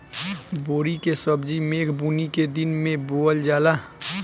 बोड़ी के सब्जी मेघ बूनी के दिन में बोअल जाला